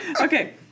Okay